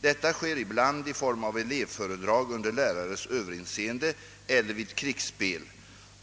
Detta sker ibland i form av elevföredrag under lärares överinseende eller vid krigsspel.